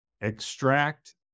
extract